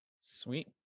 Sweet